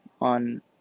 on